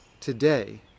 Today